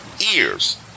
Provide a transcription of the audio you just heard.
ears